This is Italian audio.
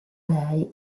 lei